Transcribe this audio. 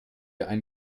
ein